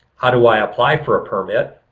how do i apply for a permit?